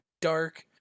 dark